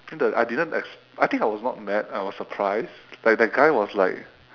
I think the I didn't ex~ I think I was not mad I was surprised like that guy was like